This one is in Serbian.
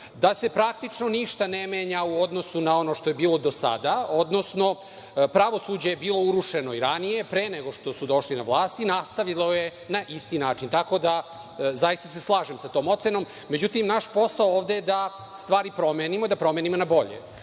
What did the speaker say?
da se praktično ništa ne menja u odnosu na ono što je bilo do sada, odnosno pravosuđe je bilo urušeno i ranije, pre nego što su došli na vlast, i nastavilo je na isti način. Tako da, zaista se slažem sa tom ocenom.Međutim, naš posao ovde je da stvari promenimo i da promenimo na bolje.